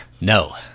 No